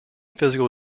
physical